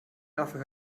dafür